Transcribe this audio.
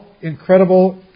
incredible